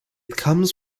comes